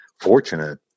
fortunate